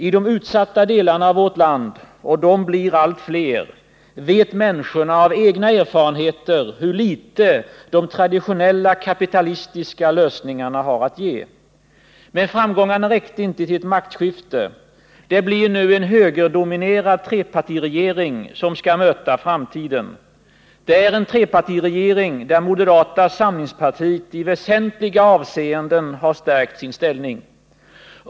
I de utsatta delarna av vårt land — och de blir allt fler — vet människorna av egna erfarenheter hur litet de traditionella kapitalistiska lösningarna har att ge. Men framgångarna räckte inte för ett maktskifte. Det blir nu en högerdominerad trepartiregering som skall möta framtiden. Det är en trepartiregering där moderata samlingspartiet i väsentliga avseenden har stärkt sin ställning.